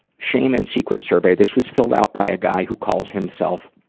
shame and secret survey. this was filled out by a guy who calls himself,